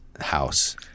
house